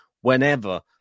whenever